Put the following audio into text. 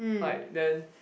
like then